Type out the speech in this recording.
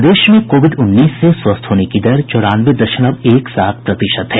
प्रदेश में कोविड उन्नीस से स्वस्थ होने की दर चौरानवे दशमलव एक सात प्रतिशत है